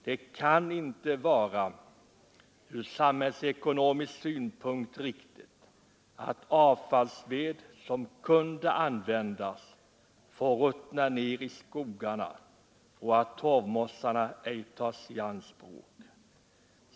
Det kan inte vara ur samhällsekonomisk synpunkt riktigt att avfallsved, som kunde användas, får ruttna ner i skogarna och att torvmossarna ej tas i anspråk.